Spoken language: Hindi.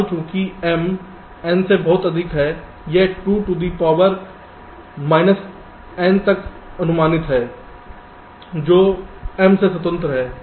अब चूँकि m n से बहुत अधिक है यह 2 two the power minus n तक अनुमानित है जो m से स्वतंत्र है